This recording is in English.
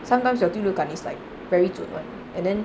sometimes your 第六感 is like very 准 [one] and then